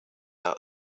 out